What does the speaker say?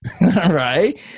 right